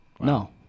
No